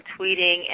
tweeting